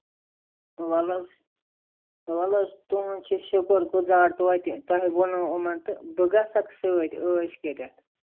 وَلہٕ حظ وَلہٕ حظ تُہُنٛد چھُ شُکُر گُزار توتہِ تۄہہِ ووٚنوٕ یِمَن تہٕ بہٕ گَژھکھ سۭتۍ ٲش کٔرِتھ